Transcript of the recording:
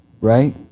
right